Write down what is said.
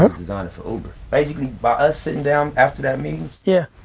um designing for uber. basically for us sitting down after that meeting. yeah.